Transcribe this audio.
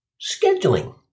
Scheduling